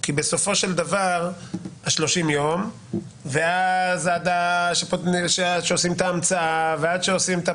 כי זה 30 יום ואז עד שעושים את ההמצאה ועד שעושים פה